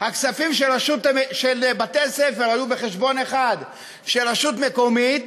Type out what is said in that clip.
הכספים של בתי-הספר היו בחשבון אחד של רשות מקומית,